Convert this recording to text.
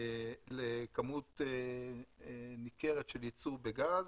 לכמות ניכרת של ייצור בגז,